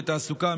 לתעסוקה,